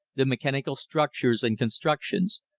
the mechanical structures and constructions,